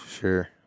sure